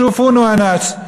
שופוני יא נאס,